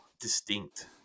distinct